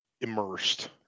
immersed